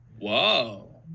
Whoa